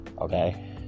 Okay